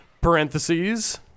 parentheses